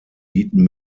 bieten